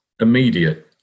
immediate